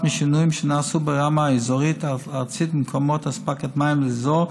משינויים שנעשו ברמה האזורית-ארצית במקורות אספקת המים לאזור,